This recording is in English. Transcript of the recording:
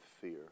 fear